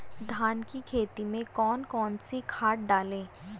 धान की खेती में कौन कौन सी खाद डालें?